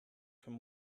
from